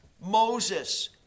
Moses